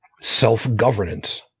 self-governance